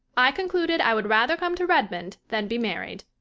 i concluded i would rather come to redmond than be married.